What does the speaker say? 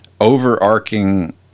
overarching